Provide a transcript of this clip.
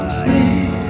sleep